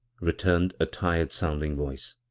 re turned a tired-sounding voice.